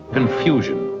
confusion,